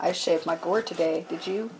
i shaved my gourd today did you